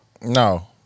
No